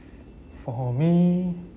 for me